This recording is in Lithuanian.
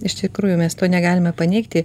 iš tikrųjų mes to negalime paneigti